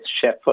chef